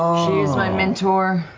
um she's my mentor.